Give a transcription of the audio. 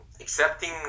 accepting